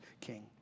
king